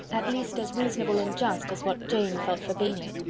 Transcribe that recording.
at least as reasonable and just as what jane felt for bingley.